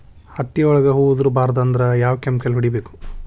ಹತ್ತಿ ಒಳಗ ಹೂವು ಉದುರ್ ಬಾರದು ಅಂದ್ರ ಯಾವ ಕೆಮಿಕಲ್ ಹೊಡಿಬೇಕು?